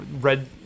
red